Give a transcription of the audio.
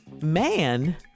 man